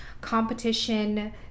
competition